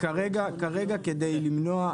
כרגע כדי למנוע,